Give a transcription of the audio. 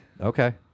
Okay